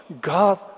God